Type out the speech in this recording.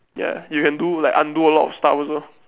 ya you can do like undo a lot stuffs also